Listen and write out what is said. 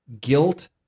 guilt